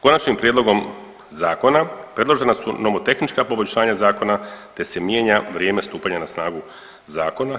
Konačnim prijedlogom zakona predložena su nomotehnička poboljšanja zakona te se mijenja vrijeme stupanja na snagu zakona.